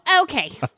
Okay